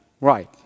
Right